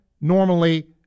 normally